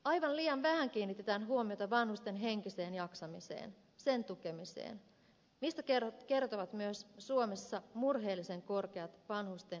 aivan liian vähän kiinnitetään huomiota vanhusten henkiseen jaksamiseen sen tukemiseen mistä kertovat myös suomessa murheellisen korkeat vanhusten itsemurhaluvut